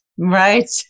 Right